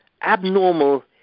Abnormal